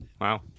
Wow